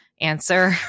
answer